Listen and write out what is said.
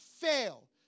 fail